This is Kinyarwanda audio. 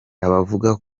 abavuga